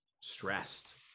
stressed